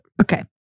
Okay